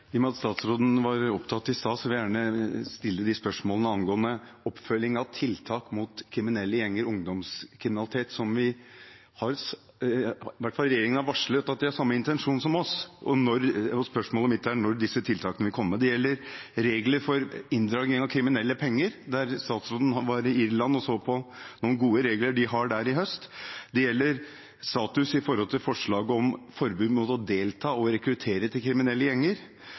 med at statsråden var opptatt i sted, vil jeg gjerne stille spørsmål angående oppfølging av tiltak mot kriminelle gjenger og ungdomskriminalitet, der regjeringen i hvert fall har varslet at de har samme intensjon som oss. Spørsmålet mitt er: Når kommer disse tiltakene? Det gjelder regler for inndragning av penger fra kriminalitet. Statsråden har i høst vært i Irland og sett på noen gode regler de har der. Det gjelder status til forslag om forbud mot å delta i og rekruttere til kriminelle gjenger.